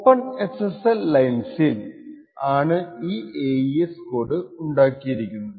open SSL ലൈൻസിൽ ആണ് ഈ AES കോഡ് ഉണ്ടാക്കിയിരിക്കുന്നത്